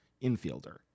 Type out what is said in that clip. infielder